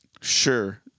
Sure